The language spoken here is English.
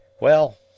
Well